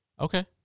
okay